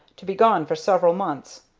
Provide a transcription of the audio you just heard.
to be gone for several months,